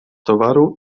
towaru